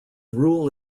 rule